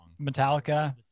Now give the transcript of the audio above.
Metallica